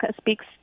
speaks